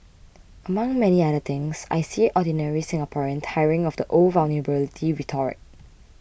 among many other things I see ordinary Singaporean tiring of the old vulnerability rhetoric